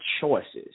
choices